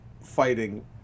fighting